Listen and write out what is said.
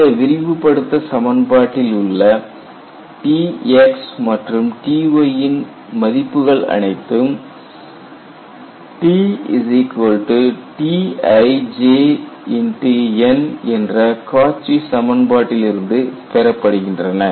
இந்த விரிவுபடுத்தப்பட்ட சமன்பாட்டில் உள்ள Tx மற்றும் Ty இன் மதிப்புகள் அனைத்தும் Tijn என்ற காட்சி சமன்பாட்டில் இருந்து பெறப்படுகின்றன